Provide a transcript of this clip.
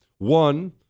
One